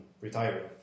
retiring